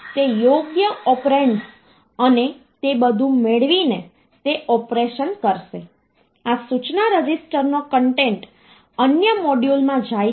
તેથી ઉદાહરણ તરીકે કહો કે જો કોઈ બિંદુના વોલ્ટેજ મૂલ્યને સંગ્રહિત કરી રહ્યા હોઈએ ત્યારે તે બહુ થોડા વોલ્ટ હોય છે અથવા કહો કે તે મિલી વોલ્ટ અથવા એવું કંઈક હોય છે